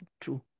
True